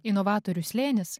inovatorių slėnis